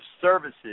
services